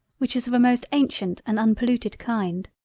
which is of a most ancient and unpolluted kind.